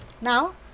Now